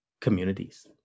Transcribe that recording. communities